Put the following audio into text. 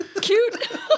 Cute